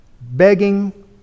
begging